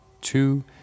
two